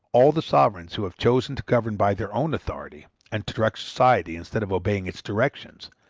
all the sovereigns who have chosen to govern by their own authority, and to direct society instead of obeying its directions,